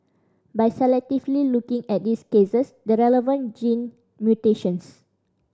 by selectively looking at these cases the relevant gene mutations